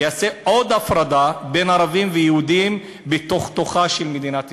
יעשה עוד הפרדה בין ערבים ליהודים בתוך-תוכה של מדינת ישראל.